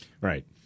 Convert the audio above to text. Right